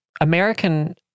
American